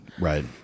right